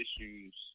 issues